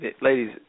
ladies